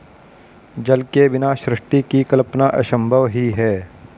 जल के बिना सृष्टि की कल्पना असम्भव ही है